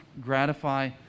gratify